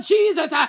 Jesus